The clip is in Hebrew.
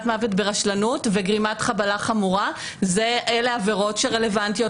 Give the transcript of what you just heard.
מוות ברשלנות וגרימת חבלה חמורה אלה עבירות שרלוונטיות